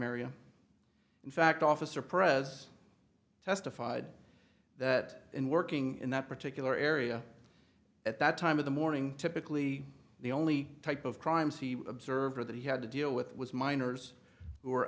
area in fact officer prez testified that in working in that particular area at that time of the morning typically the only type of crimes he observed that he had to deal with was minors who